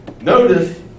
Notice